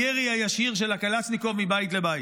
הירי הישיר של הקלצ'ניקוב מבית לבית.